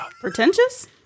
pretentious